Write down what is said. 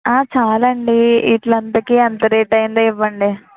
ఆ చాలండి వీటి అంతకి ఎంత రేట్ అయిందో ఇవ్వండి